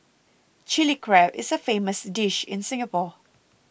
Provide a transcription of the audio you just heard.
Chilli Crab is a famous dish in Singapore